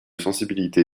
sensibilité